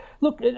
look